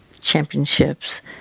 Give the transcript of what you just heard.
championships